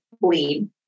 bleed